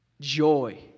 joy